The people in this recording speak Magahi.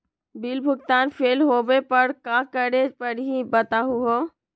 बिल भुगतान फेल होवे पर का करै परही, बताहु हो?